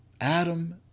Adam